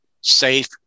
safe